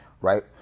Right